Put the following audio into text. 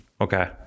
Okay